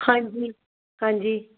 ਹਾਂਜੀ ਹਾਂਜੀ